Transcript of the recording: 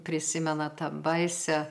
prisimena tą baisią